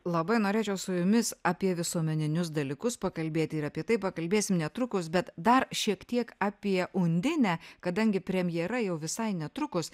labai norėčiau su jumis apie visuomeninius dalykus pakalbėt ir apie tai pakalbėsim netrukus bet dar šiek tiek apie undinę kadangi premjera jau visai netrukus